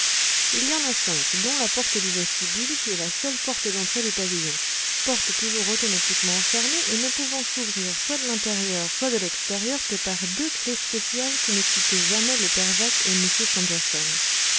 il y en a cinq dont la porte du vestibule qui est la seule porte d'entrée du pavillon porte toujours automatiquement fermée et ne pouvant s'ouvrir soit de l'intérieur soit de l'extérieur que par deux clefs spéciales qui ne quittent jamais le père jacques et m stangerson